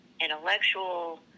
intellectual